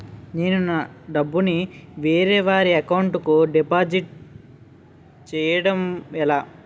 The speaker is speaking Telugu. నేను నా డబ్బు ని వేరే వారి అకౌంట్ కు డిపాజిట్చే యడం ఎలా?